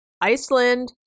Iceland